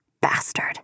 Bastard